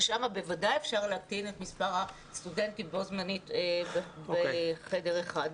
שם בוודאי אפשר להקטין את מספר הסטודנטים בו זמנית בחדר אחד,